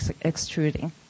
extruding